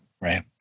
right